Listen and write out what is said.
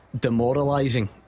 demoralising